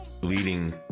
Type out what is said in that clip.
leading